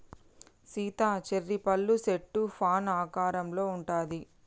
Sita cherry పళ్ళ సెట్టు fan ఆకారంలో ఉంటది